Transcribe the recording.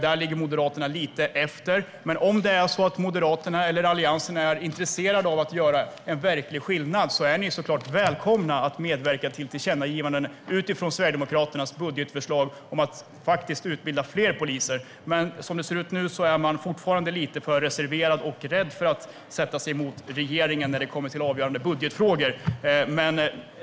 Där ligger Moderaterna lite efter. Men om Moderaterna eller Alliansen är intresserade av att göra en verklig skillnad är ni såklart välkomna att medverka till tillkännagivanden utifrån Sverigedemokraternas budgetförslag om att utbilda fler poliser. Men som det ser ut nu är ni fortfarande lite för reserverade och rädda för att sätta sig upp mot regeringen när det kommer till avgörande budgetfrågor.